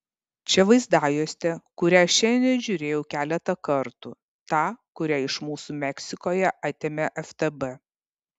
čia vaizdajuostė kurią šiandien žiūrėjau keletą kartų ta kurią iš mūsų meksikoje atėmė ftb